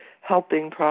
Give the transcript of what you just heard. helping